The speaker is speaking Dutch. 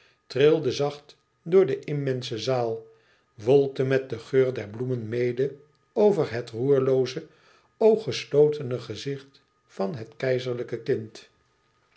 trilde zacht door de immense zaal wolkte met den geur der bloemen mede over het roerlooze ooggeslotene gezicht van het keizerlijke kind